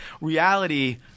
reality